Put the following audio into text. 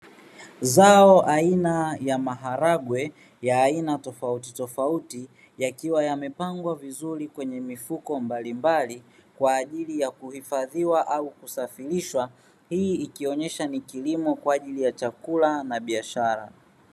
Zao aina ya maharage ya aina tofauti tofauti yakiwa yamepangwa vizuri kwenye mifuko mbalimbali kwaajili ya kuhifadhiwa au kusafirishwa. Hii ikionyesha ni kilimo kwaajili ya chakula na biashara.